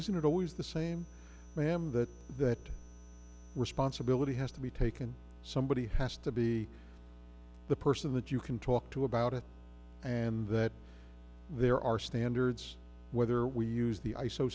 isn't it always the same ma'am that that responsibility has to be taken somebody has to be the person that you can talk to about it and that there are standards whether we use the i